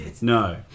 no